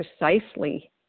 precisely